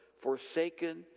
forsaken